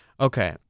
Okay